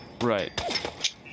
Right